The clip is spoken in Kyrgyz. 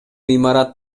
имарат